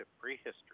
prehistory